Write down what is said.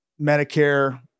Medicare